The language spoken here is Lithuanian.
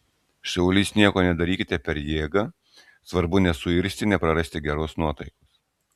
šaulys nieko nedarykite per jėgą svarbu nesuirzti neprarasti geros nuotaikos